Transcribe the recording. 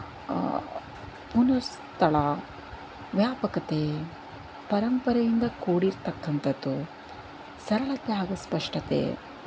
ಪುನಃಸ್ಥಳ ವ್ಯಾಪಕತೆ ಪರಂಪರೆಯಿಂದ ಕೂಡಿರ್ತಕ್ಕಂಥದ್ದು ಸರಳತೆ ಹಾಗೂ ಸ್ಪಷ್ಟತೆ